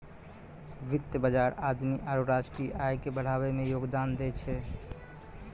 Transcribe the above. वित्त बजार आदमी आरु राष्ट्रीय आय के बढ़ाबै मे योगदान दै छै